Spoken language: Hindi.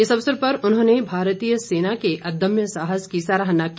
इस अवसर पर उन्होंने भारतीय सेना अदम्य साहस की सराहना की